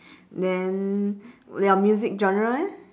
then your music genre eh